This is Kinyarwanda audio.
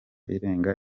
irenga